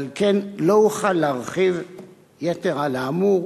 ועל כן לא אוכל להרחיב יתר על האמור